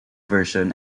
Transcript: version